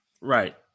Right